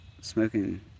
smoking